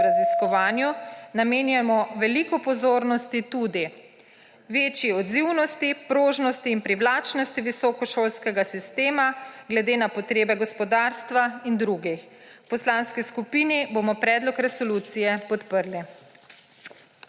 raziskovanju, namenjamo veliko pozornosti tudi večji odzivnosti, prožnosti in privlačnosti visokošolskega sistema glede na potrebe gospodarstva in drugih. V poslanski skupini bomo predlog resolucije podprli.